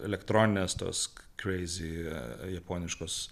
elektroninės tos kreizi japoniškos